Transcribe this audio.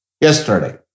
yesterday